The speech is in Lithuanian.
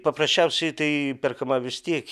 paprasčiausiai tai perkama vis tiek